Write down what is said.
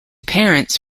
parents